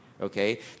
okay